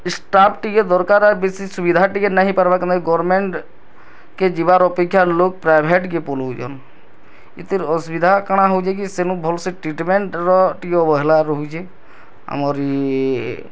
staff ଟିକେ ଦରକାର୍ ଆଉ ବେଶି ସୁବିଧା ଟିକେ ନାହିଁ ପାର୍ବା କିନ୍ତୁ ଏଇ ଗଭର୍ଣ୍ଣମେଣ୍ଟ୍କେ ଯିବାର୍ ଅପେକ୍ଷା ଲୋକ୍ ପ୍ରାଇଭେଟ୍କେ ପଲଉଛନ୍ ଏଥିର୍ ଅସୁବିଧା କାଣାଁ ହଉଛେ କି ସେନୁ ଭଲସେ ଟ୍ରିଟ୍ମେଣ୍ଟ୍ର ଟିକେ ଅବହେଲା ରହୁଛି ଆମରି